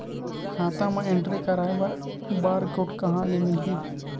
खाता म एंट्री कराय बर बार कोड कहां ले मिलही?